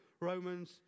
Romans